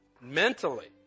mentally